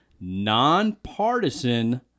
nonpartisan